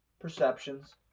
Perceptions